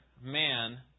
man